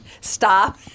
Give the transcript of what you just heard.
stop